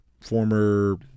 Former